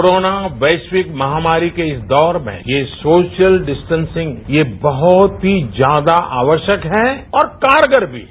corona वैश्विक महामारी के इस दौर में यह सोशल डिस्टेंसिंग यह बहुत ही ज्यादा आवश्यक है और कारगर भी है